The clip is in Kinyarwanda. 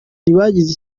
ntibagize